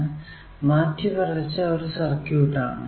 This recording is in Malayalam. ഇത് മാറ്റിവരച്ച ഒരു സർക്യൂട് ആണ്